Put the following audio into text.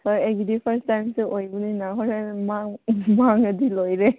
ꯍꯣꯏ ꯑꯩꯒꯤꯗꯤ ꯐꯥꯔꯁ ꯇꯥꯏꯝꯁꯨ ꯑꯣꯏꯕꯅꯤꯅ ꯍꯣꯔꯦꯟ ꯃꯥꯡꯉꯗꯤ ꯂꯣꯏꯔꯦ